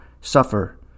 suffer